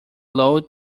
load